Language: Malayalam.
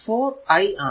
4 I ആണ്